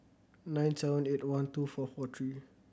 nine seven eight one two four four three